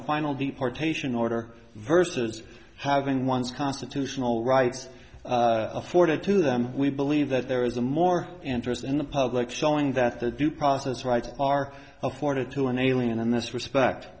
the final the partake in order versus having one's constitutional rights afforded to them we believe that there is a more interest in the public showing that the due process rights are afforded to an alien in this respect